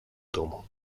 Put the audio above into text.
domu